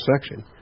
section